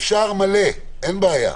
אפשר הרבה, אין בעיה.